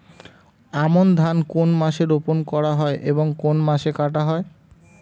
আমন ধান কোন মাসে রোপণ করা হয় এবং কোন মাসে কাটা হয়?